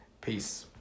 Peace